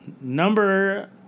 number